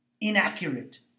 inaccurate